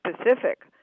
specific